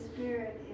Spirit